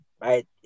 right